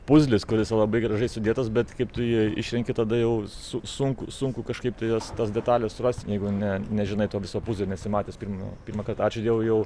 puzlis kuris yra labai gražiai sudėtas bet kaip tu jį išrenki tada jau su sunku sunku kažkaip tai jas tas detales surast jeigu ne nežinai to viso puzlio nesi matęs pirmo pirmąkart ačiū dievui jau